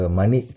money